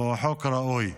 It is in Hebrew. הוא חוק ראוי.